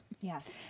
yes